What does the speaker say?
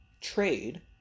Trade